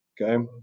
Okay